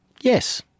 Yes